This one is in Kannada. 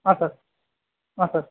ಹಾಂ ಸರ್ ಹಾಂ ಸರ್